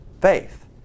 faith